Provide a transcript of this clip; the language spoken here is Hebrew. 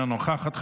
אינה נוכחת,